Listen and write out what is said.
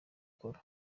cola